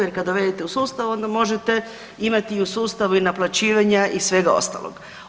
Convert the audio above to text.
Jer kad dovedete u sustav onda možete imati i u sustavu naplaćivanja i svega ostalog.